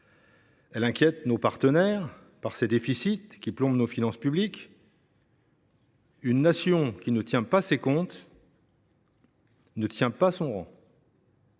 Elle inquiète ses partenaires par les déficits qui plombent ses finances publiques :« une nation qui ne tient pas ses comptes ne peut pas tenir